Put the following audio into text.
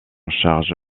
charge